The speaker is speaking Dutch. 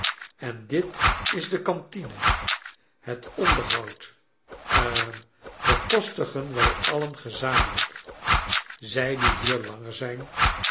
en dit is de cantine het onderhoud hm bekostigen wij alien gezamenlij k zij die hier langer zij